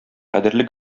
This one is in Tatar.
кадерле